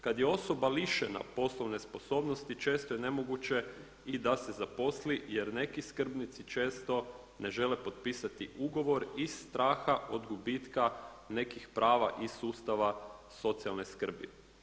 Kada je osoba lišena poslovne sposobnosti često je nemoguće i da se zaposli jer neki skrbnici često ne žele potpisati ugovor iz straha od gubitka nekih prava iz sustava socijalne skrbi.